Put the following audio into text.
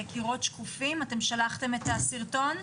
"קירות שקופים", אתם שלחתם את הסרטון?